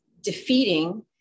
defeating